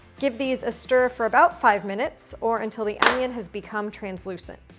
give these a stir for about five minutes or until the onion has become translucent.